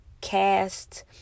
cast